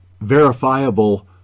verifiable